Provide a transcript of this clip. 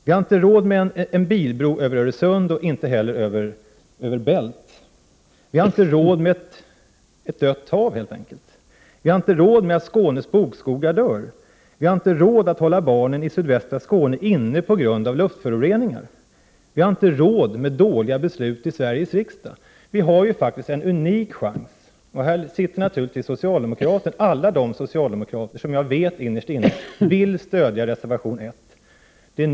Vi har inte råd med bilbro över Öresund och inte heller över Stora Bält. Vi har inte råd med ett dött hav helt enkelt. Vi har inte råd med att Skånes bokskogar dör. Vi har inte råd att hålla barnen i sydvästra Skåne inne på grund av luftföroreningar. Vi har inte råd med dåliga beslut i Sveriges riksdag. Vi har faktiskt en unik chans nu. Här har naturligtvis alla de socialdemokrater som jag vet innerst inne vill stödja reservation 1 en Prot.